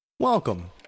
Welcome